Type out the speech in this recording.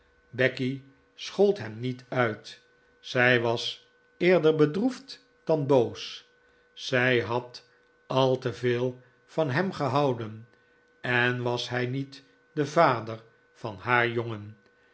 becky schold hem niet uit zij was eerder bedroefd dan boos zij had al te veel van hem gehouden en was hij niet de vader van haar jongen